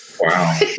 Wow